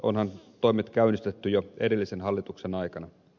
onhan toimet käynnistetty jo edellisen hallituksen aikana